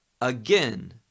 again